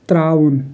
ترٛاوُن